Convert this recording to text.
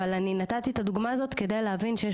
אבל אני נתתי את הדוגמא הזאת כדי להבין שיש